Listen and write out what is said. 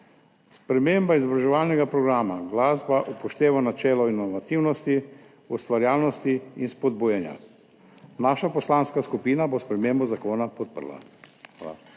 Sprememba izobraževalnega programa glasba upošteva načelo inovativnosti, ustvarjalnosti in spodbujanja. Naša poslanska skupina bo spremembo zakona podprla.